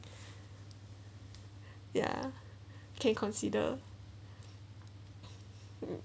ya can consider um